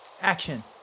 action